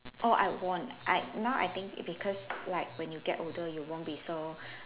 oh I won't I now I think because like when you get older you won't be so